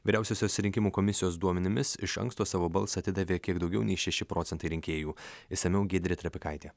vyriausiosios rinkimų komisijos duomenimis iš anksto savo balsą atidavė kiek daugiau nei šeši procentai rinkėjų išsamiau giedrė trepikaitė